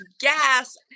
gas